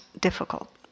difficult